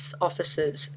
officers